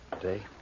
today